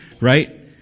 right